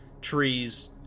trees